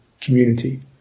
community